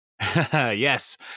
Yes